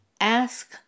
ask